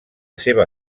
seva